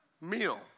meal